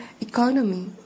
economy